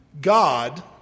God